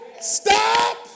stop